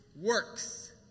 works